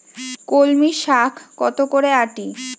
কলমি শাখ কত করে আঁটি?